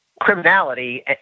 criminality